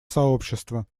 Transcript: сообщества